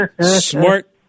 smart